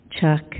Chuck